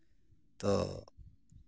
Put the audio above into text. ᱛᱚ